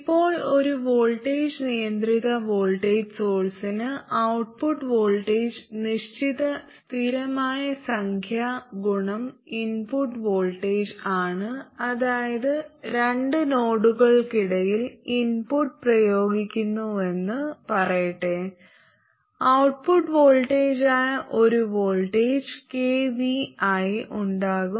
ഇപ്പോൾ ഒരു വോൾട്ടേജ് നിയന്ത്രിത വോൾട്ടേജ് സോഴ്സിന് ഔട്ട്പുട്ട് വോൾട്ടേജ് നിശ്ചിത സ്ഥിരമായ സംഖ്യാ ഗുണം ഇൻപുട്ട് വോൾട്ടേജ് ആണ് അതായത് രണ്ട് നോഡുകൾക്കിടയിൽ ഇൻപുട്ട് പ്രയോഗിക്കുന്നുവെന്ന് പറയട്ടെ ഔട്ട്പുട്ട് വോൾട്ടേജായ ഒരു വോൾട്ടേജ് kvi ഉണ്ടാകും